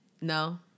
no